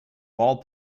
wall